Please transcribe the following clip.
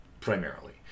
primarily